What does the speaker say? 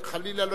חלילה,